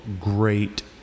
great